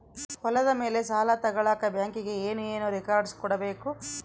ಹೊಲದ ಮೇಲೆ ಸಾಲ ತಗಳಕ ಬ್ಯಾಂಕಿಗೆ ಏನು ಏನು ರೆಕಾರ್ಡ್ಸ್ ಕೊಡಬೇಕು?